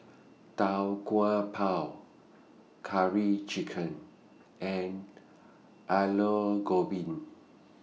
Tau Kwa Pau Curry Chicken and Aloo Gobi